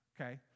okay